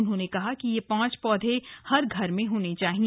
उन्होंने कहा कि यह पांच पौधे हर घर में होने चाहिए